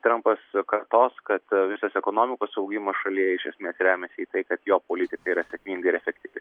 trampas kartos kad visas ekonomikos augimas šalyje iš esmės remiasi į tai kad jo politika yra sėkminga ir efektyvi